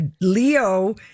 Leo